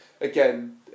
again